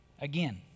Again